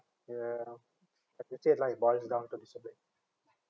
yeah like you said lah it boils down to discipline